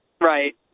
Right